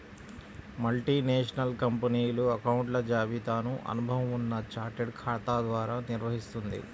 multinational కంపెనీలు అకౌంట్ల జాబితాను అనుభవం ఉన్న చార్టెడ్ ఖాతా ద్వారా నిర్వహిత్తుంది